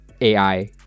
AI